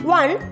one